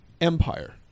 empire